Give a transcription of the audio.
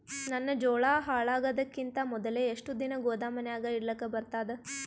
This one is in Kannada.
ನನ್ನ ಜೋಳಾ ಹಾಳಾಗದಕ್ಕಿಂತ ಮೊದಲೇ ಎಷ್ಟು ದಿನ ಗೊದಾಮನ್ಯಾಗ ಇಡಲಕ ಬರ್ತಾದ?